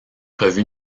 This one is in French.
revue